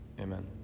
amen